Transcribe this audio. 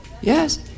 Yes